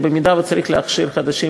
במידה שצריך להכשיר חדשים,